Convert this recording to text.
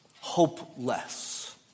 Hopeless